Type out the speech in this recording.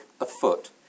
afoot